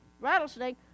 rattlesnake